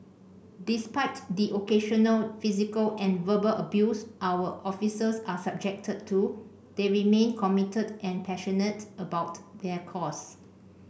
despite the occasional physical and verbal abuse our officers are subjected to they remain committed and passionate about their cause